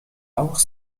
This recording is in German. auch